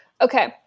okay